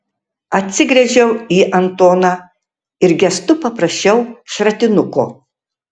atsigręžiau į antoną ir gestu paprašiau šratinuko